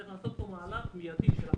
צריך לעשות פה מהלך מיידי של הקפאה.